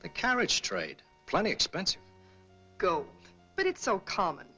the carriage trade plenty expensive go but it's so common